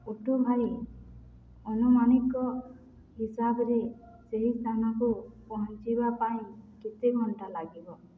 auto ଭାଇ ଅନୁମାନିକ ହିସାବରେ ସେହି ସ୍ଥାନକୁ ପହଞ୍ଚିବା ପାଇଁ କେତେ ଘଣ୍ଟା ଲାଗିବ